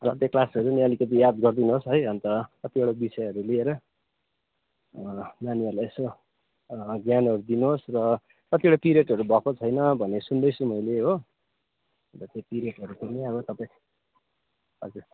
तपाईँले त्यो क्लासहरू पनि अलिकति याद गरिदिनु होस् है अन्त कतिवटा विषयहरू लिएर नानीहरूलाई यसो ज्ञानहरू दिनुहोस् र कतिवटा पिरियडहरू भएको छैन भनेर सुन्दैछु मैले हो अन्त त्यो पिरियडहरू पनि अब तपाईँ हजुर